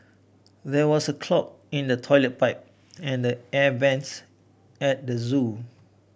there was a clog in the toilet pipe and the air vents at the zoo